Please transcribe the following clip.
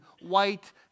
white